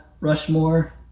Rushmore